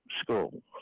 school